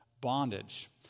bondage